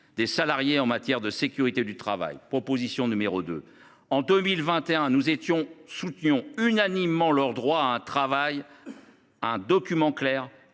des salariés en matière de sécurité au travail – proposition n° 2. En 2021, nous soutenions unanimement leur droit à un document clair